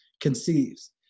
conceives